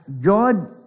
God